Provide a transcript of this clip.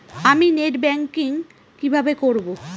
আমি net banking কিভাবে করব?